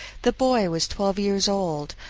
the boy was twelve years old,